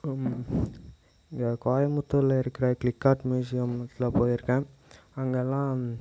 இங்க கோயம்புத்தூரில் இருக்கிற கிளிக் ஆர்ட் மியூசியம்ளுக்குலாம் போயிருக்கேன் அங்கேலாம்